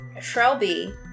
Shelby